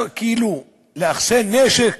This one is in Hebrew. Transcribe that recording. כאילו לאחסן נשק?